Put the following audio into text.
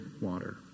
water